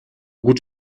gut